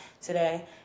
today